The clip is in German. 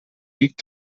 liegt